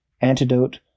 antidote